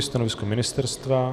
Stanovisko ministerstva?